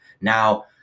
Now